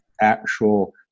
actual